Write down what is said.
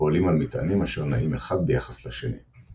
הפועלים על מטענים אשר נעים אחד ביחס לשני.